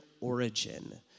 origin